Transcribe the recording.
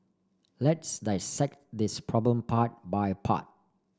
let's dissect this problem part by part